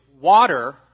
water